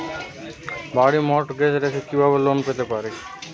বাড়ি মর্টগেজ রেখে কিভাবে লোন পেতে পারি?